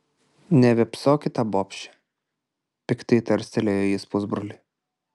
nevėpsok į tą bobšę piktai tarstelėjo jis pusbroliui